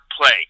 play